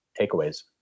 takeaways